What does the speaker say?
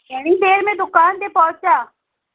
घणी देरि में दुकान ते पहुचा